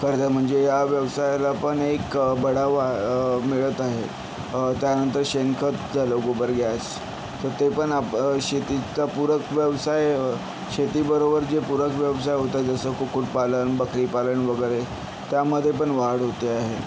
तर म्हणजे या व्यवसायालापण एक बढावा मिळत आहे त्यानंतर शेणखत झालं गोबर गॅस तर ते पण आप शेतीचा पूरक व्यवसाय शेतीबरोबर जे पूरक व्यवसाय होतात जसं कुक्कुटपालन बकरी पालन वगैरे त्यामध्येपण वाढ होते आहे